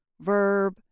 verb